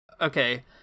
okay